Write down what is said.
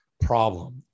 problem